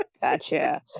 gotcha